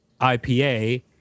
IPA